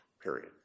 period